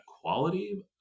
quality